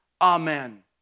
Amen